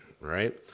right